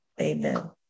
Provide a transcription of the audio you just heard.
Amen